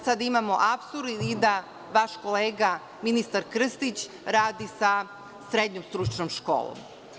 Sada imamo apsurd da vaš kolega ministar Krstić radi sa srednjom stručnom školom.